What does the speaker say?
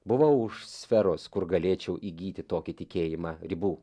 buvau už sferos kur galėčiau įgyti tokį tikėjimą ribų